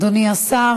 תודה רבה, אדוני השר.